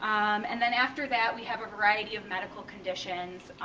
and then after that we have a variety of medical conditions,